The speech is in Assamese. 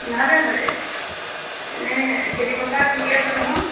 ভালে ভালেই এনেই খেতিপথাৰ ঠিকে আছে নহয়